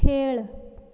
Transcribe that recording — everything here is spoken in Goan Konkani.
खेळ